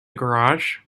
garage